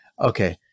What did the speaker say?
okay